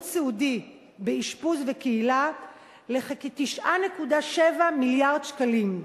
סיעודי באשפוז בקהילה לכ-9.7 מיליארד שקלים,